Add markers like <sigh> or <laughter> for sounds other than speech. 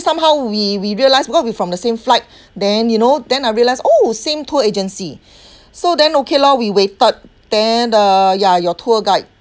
somehow we we realise because we from the same flight <breath> then you know then I realise oh same tour agency <breath> so then okay lor we waited then uh ya your tour guide